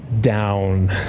down